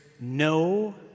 no